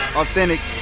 authentic